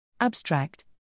Abstract